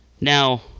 Now